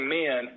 men